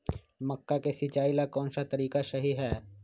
मक्का के सिचाई ला कौन सा तरीका सही है?